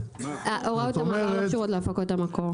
הוראות המעבר לא קשורות להפקות המקור.